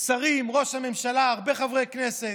שרים, ראש הממשלה, הרבה חברי כנסת.